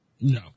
No